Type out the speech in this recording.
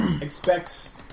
expects